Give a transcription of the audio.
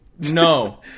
No